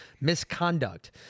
misconduct